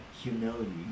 humility